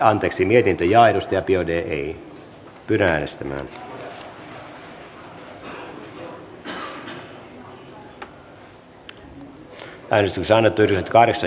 eva biaudet on johanna ojala niemelän kannattamana ehdottanut että pykälä poistetaan